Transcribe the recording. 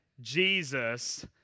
Jesus